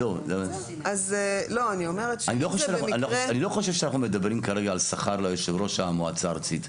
אני לא חושב שאנחנו מדברים כרגע על שכר ליושב-ראש המועצה הארצית.